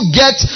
get